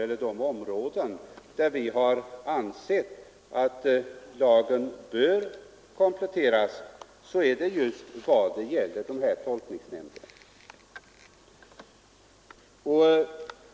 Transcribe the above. Ett av de områden där vi har ansett att lagen bör kompletteras gäller just tolkningsnämnderna.